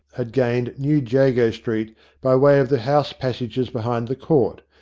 had gained new jago street by way of the house-passages behind the court,